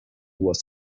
was